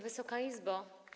Wysoka Izbo!